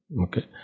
okay